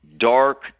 dark